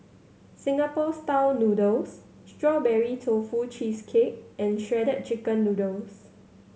Singapore style noodle Strawberry Tofu Cheesecake and Shredded Chicken Noodles